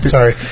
Sorry